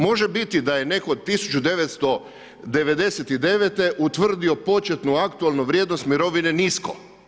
Može biti da je neko 1999. utvrdio početnu aktualnu vrijednost mirovine nisko.